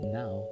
now